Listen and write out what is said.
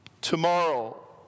tomorrow